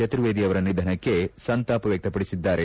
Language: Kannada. ಚತುರ್ವೇದಿ ಅವರ ನಿಧನಕ್ಕೆ ಸಂತಾಪ ವ್ಯಕಪಡಿಸಿದ್ದಾರೆ